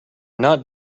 not